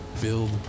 build